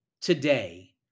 today